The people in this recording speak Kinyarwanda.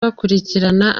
bakurikirana